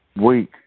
Week